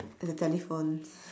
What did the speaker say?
the telephone